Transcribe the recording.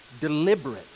deliberate